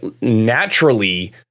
naturally